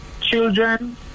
Children